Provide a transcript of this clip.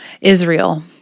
Israel